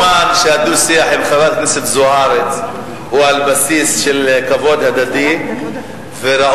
כל זמן שהדו-שיח עם חברת הכנסת זוארץ הוא על בסיס כבוד הדדי וראוי,